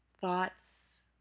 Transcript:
thoughts